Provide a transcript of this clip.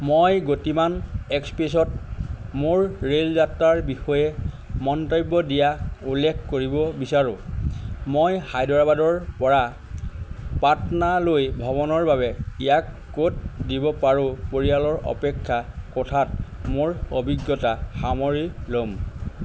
মই গতিমান এক্সপ্ৰেছত মোৰ ৰে'ল যাত্ৰাৰ বিষয়ে মন্তব্য দিয়া উল্লেখ কৰিব বিচাৰোঁ মই হায়দৰাবাদৰপৰা পাটনালৈ ভ্ৰমণৰ বাবে ইয়াক ক'ত দিব পাৰোঁ পৰিয়ালৰ অপেক্ষা কোঠাত মোৰ অভিজ্ঞতা সামৰি ল'ম